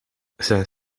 zijn